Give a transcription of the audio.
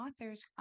authors